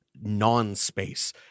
non-space